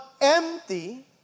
empty